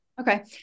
Okay